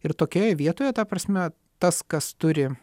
ir tokioje vietoje ta prasme tas kas turi